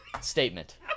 Statement